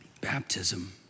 baptism